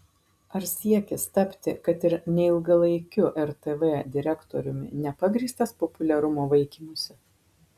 ar siekis tapti kad ir neilgalaikiu rtv direktoriumi nepagrįstas populiarumo vaikymusi